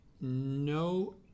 No